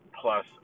plus